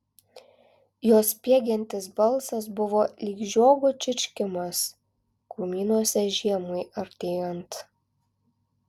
jos spiegiantis balsas buvo lyg žiogo čirškimas krūmynuose žiemai artėjant